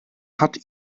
hat